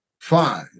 Fine